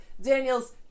Daniels